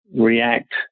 react